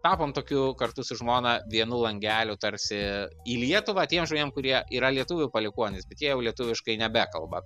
tapom tokiu kartu su žmona vienu langeliu tarsi į lietuvą tiem žmonėm kurie yra lietuvių palikuonys bet jie jau lietuviškai nebekalba